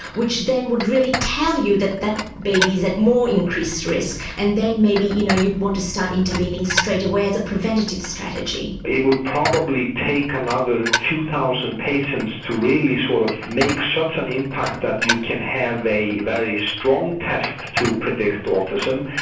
which then would really tell you that that baby is at more increased risk, and then maybe you know you'd want to start intervening straight away as a preventative strategy. it will probably take another two thousand patients to really sort of make such an impact that you can have a very strong test to predict autism.